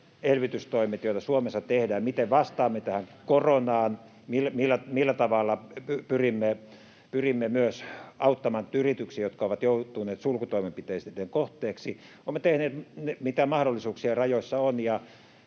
Meri: Ideoita ei oteta vastaan!] Miten vastaamme tähän koronaan? Millä tavalla pyrimme myös auttamaan yrityksiä, jotka ovat joutuneet sulkutoimenpiteiden kohteeksi. Olemme tehneet, mitä mahdollisuuksien rajoissa on,